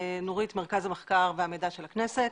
אני ממרכז המחקר והמידע של הכנסת.